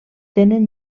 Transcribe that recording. tenen